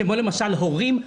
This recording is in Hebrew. כמו הורים,